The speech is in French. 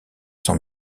sans